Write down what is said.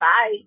Bye